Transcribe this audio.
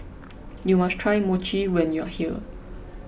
you must try Mochi when you are here